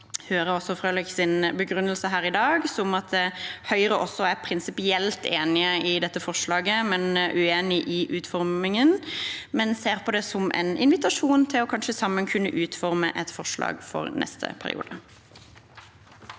og hører også Frølichs begrunnelse her i dag, som at Høyre er prinsipielt enig i dette forslaget, men uenig i utformingen, og at de ser på det som en invitasjon til kanskje sammen å kunne utforme et forslag for neste periode.